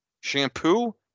Shampoo